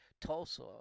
Tulsa